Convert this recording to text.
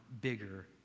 bigger